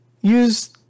use